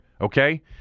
Okay